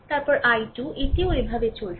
তারপরে I2 এটিও এভাবে চলেছে